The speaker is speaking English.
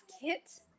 kit